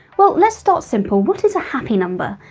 well, let's start simple what is a happy number?